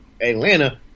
Atlanta